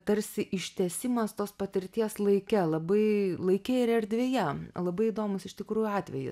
tarsi ištęsimas tos patirties laike labai laike ir erdvėje labai įdomus iš tikrųjų atvejis